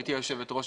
גברתי היושבת ראש,